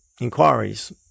inquiries